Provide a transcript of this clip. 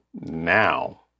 now